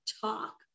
talk